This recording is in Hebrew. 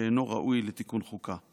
שאינו ראוי לתיקון חוקה.